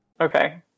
Okay